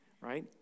Right